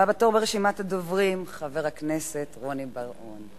הבא בתור ברשימת הדוברים, חבר הכנסת רוני בר-און.